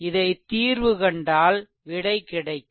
இதை தீர்வுகண்டால் விடை கிடைக்கும்